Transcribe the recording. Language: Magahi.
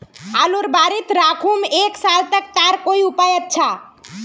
आलूर बारित राखुम एक साल तक तार कोई उपाय अच्छा?